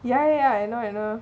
ya ya I know I know